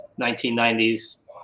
1990s